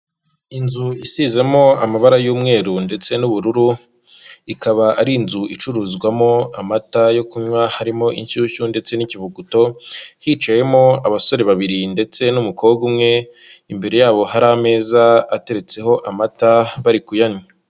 Inzu isizemo amabara y'umweru ndetse n'ubururu, ikaba ari inzu icuruzwamo amata yo kunywa harimo inshyushyu ndetse n'ikivuguto, hicayemo abasore babiri ndetse n'umukobwa umwe, imbere yabo hari ameza ateretseho amata bari kuyanywa.